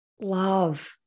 love